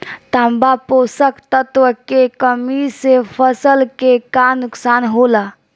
तांबा पोषक तत्व के कमी से फसल के का नुकसान होला?